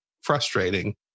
frustrating